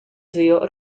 zio